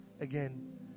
again